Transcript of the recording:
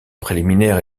préliminaire